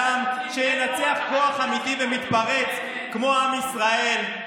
אתם מפחידים את עצמכם.